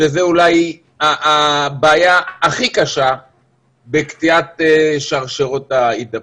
אולי זו הבעיה הכי קשה בקטיעת שרשראות ההידבקות.